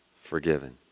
Forgiven